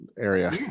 area